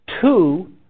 two